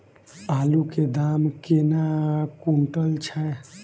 आलु केँ दाम केना कुनटल छैय?